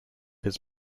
his